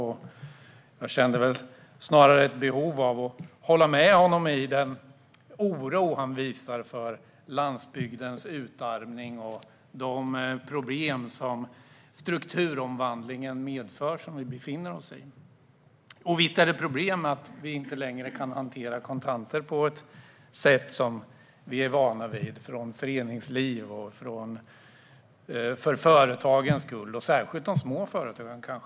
Snarare kände jag ett behov av att hålla med honom i den oro han visar inför landsbygdens utarmning och de problem som den strukturomvandling vi nu befinner oss i medför. Visst är det ett problem att vi inte längre kan hantera kontanter på ett sätt som vi är vana vid från föreningsliv och som är viktigt för särskilt de små företagens skull.